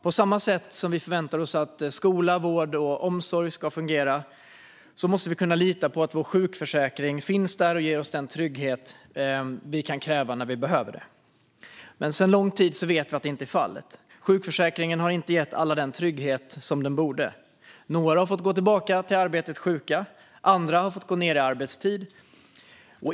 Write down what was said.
På samma sätt som vi förväntar oss att skola, vård och omsorg ska fungera måste vi kunna lita på att vår sjukförsäkring finns där och ger oss den trygghet vi kan kräva när vi behöver den. Sedan lång tid vet vi dock att detta inte är fallet. Sjukförsäkringen har inte gett alla den trygghet den borde. Några har fått gå tillbaka till arbetet sjuka. Andra har fått gå ned i arbetstid.